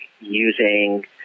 using